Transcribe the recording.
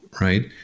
right